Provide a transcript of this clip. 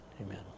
amen